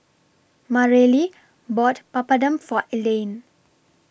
Mareli bought Papadum For Elaine